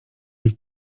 być